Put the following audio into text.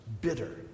bitter